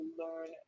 learn